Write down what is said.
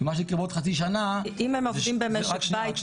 כי מה שיקרה בעוד חצי שנה זה --- אם הם עובדים במשק בית,